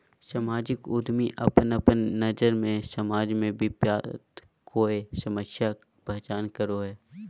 सामाजिक उद्यमी अपन अपन नज़र से समाज में व्याप्त कोय समस्या के पहचान करो हइ